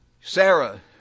Sarah